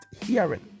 hearing